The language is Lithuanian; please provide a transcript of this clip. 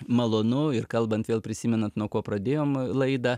malonu ir kalbant vėl prisimenat nuo ko pradėjome laidą